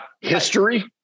history